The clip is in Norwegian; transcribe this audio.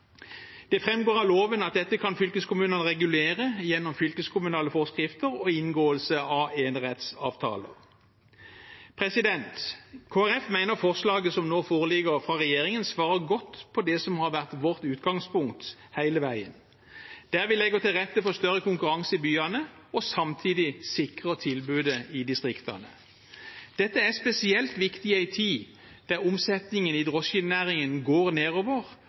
Det framgår av loven at dette kan fylkeskommunene regulere gjennom fylkeskommunale forskrifter og inngåelse av enerettsavtaler. Kristelig Folkeparti mener forslaget som nå foreligger fra regjeringen, svarer godt på det som har vært vårt utgangspunkt hele veien, ved at vi legger til rette for større konkurranse i byene og samtidig sikrer tilbudet i distriktene. Dette er spesielt viktig i en tid da omsetningen i drosjenæringen går nedover,